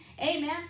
Amen